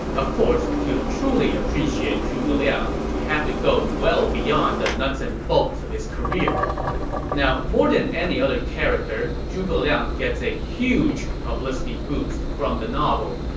of course, to truly appreciate zhuge liang, we have to go well beyond the nuts and bolts of his career now, more than any other character, zhuge liang gets a huge publicity boost from the novel,